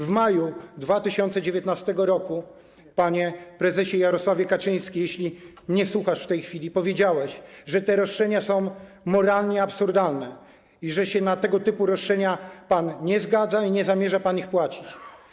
W maju 2019 r., panie prezesie Jarosławie Kaczyński, jeśli mnie słuchasz w tej chwili, powiedziałeś, że te roszczenia są moralnie absurdalne i że na tego typu roszczenia pan się nie zgadza i nie zamierza pan ich płacić.